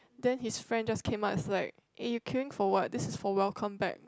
then his friend just came up it's like eh you queuing for what this is for welcome back